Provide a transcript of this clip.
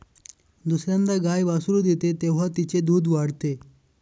दुसर्यांदा गाय वासरू देते तेव्हा तिचे दूध वाढते